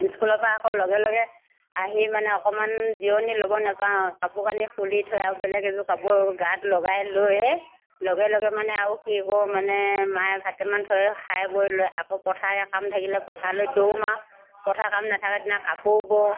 স্কুলৰ পৰা আকৌ লগে লগে আহি মানে অকণমান জিৰণি ল'ব নেপাওঁ আৰু কাপোৰ কানি খুলি থৈ আৰু বেলেগ এযোৰ কাপোৰ গাত লগাই লৈয়ে লগে লগে মানে আৰু কি কৰোঁ মানে মায়ে ভাত কেইটামান থয় খাই বৈ লৈ আকৌ পথাৰলৈ কাম থাকিলে পথাৰলৈ দৌ মাৰোঁ পথাৰ কাম নথকা দিনা কাপোৰ বওঁ